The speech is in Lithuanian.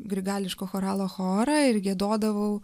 grigališko choralo chorą ir giedodavau